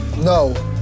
No